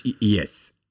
Yes